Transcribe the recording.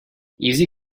easy